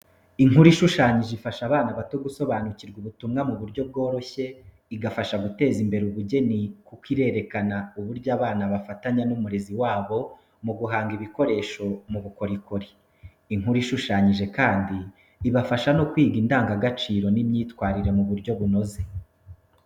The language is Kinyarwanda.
Inkuru ishushanyije ifasha abana bato gusobanukirwa ubutumwa mu buryo bworoshye, igafasha guteza imbere ubugeni kuko irerekana uburyo abana bafatanya n'umurezi wabo mu guhanga ibikoresho mu bukorikori. Inkuru ishushanyije kandi ibafasha no kwiga indangagaciro n’imyitwarire mu buryo bunoze.